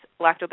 lactobacillus